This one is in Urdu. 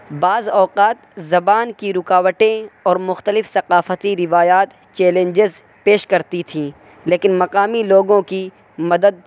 بعض اوقات زبان کی رکاوٹیں اور مختلف ثقافتی روایات چیلنجز پیش کرتی تھیں لیکن مقامی لوگوں کی مدد